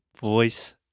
Voice